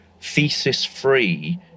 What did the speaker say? thesis-free